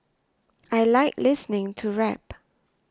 I like listening to rap